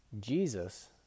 Jesus